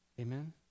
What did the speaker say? Amen